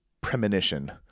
premonition